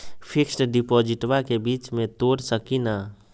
Fix डिपोजिटबा के बीच में तोड़ सकी ना?